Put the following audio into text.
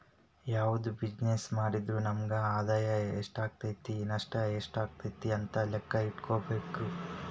ಯಾವ್ದ ಬಿಜಿನೆಸ್ಸ್ ಮಾಡಿದ್ರು ನಮಗ ಆದಾಯಾ ಎಷ್ಟಾಕ್ಕತಿ ನಷ್ಟ ಯೆಷ್ಟಾಕ್ಕತಿ ಅಂತ್ ಲೆಕ್ಕಾ ಇಟ್ಕೊಂಡಿರ್ಬೆಕು